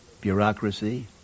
bureaucracy